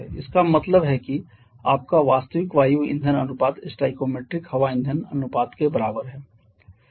इसका मतलब है कि आपका वास्तविक वायु ईंधन अनुपात स्टोइकियोमेट्रिक हवा ईंधन अनुपात के बराबर है